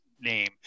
name